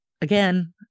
again